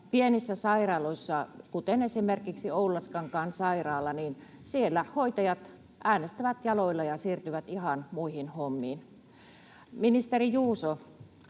pienissä sairaaloissa, kuten esimerkiksi Oulaskankaan sairaalassa, hoitajat äänestävät jaloillaan ja siirtyvät ihan muihin hommiin. Ministeri Juuso,